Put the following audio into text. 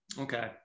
Okay